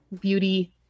beauty